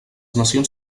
nacions